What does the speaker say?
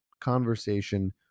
conversation